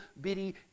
bitty